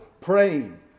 praying